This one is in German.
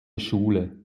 schule